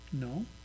No